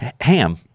Ham